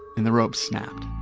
and the rope snapped.